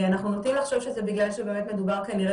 אנחנו נוטים לחשוב שזה בגלל שבאמת מדובר כנראה